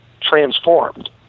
transformed